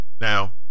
Now